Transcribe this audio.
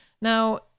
Now